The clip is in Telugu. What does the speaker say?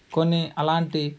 కొన్ని అలాంటి